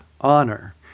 honor